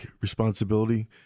responsibility